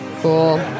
Cool